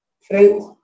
Friends